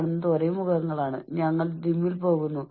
കൂടാതെ നിങ്ങൾക്ക് ഉയർന്ന ബോണസ് ലഭിക്കുന്നു